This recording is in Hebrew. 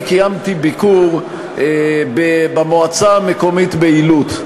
אני קיימתי ביקור במועצה המקומית עילוט,